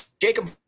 Jacob